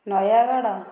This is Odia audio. ନୟାଗଡ଼